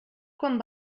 quan